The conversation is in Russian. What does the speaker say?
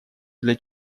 для